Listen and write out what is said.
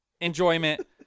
enjoyment